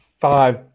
five